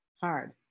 hard